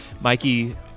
Mikey